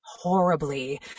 horribly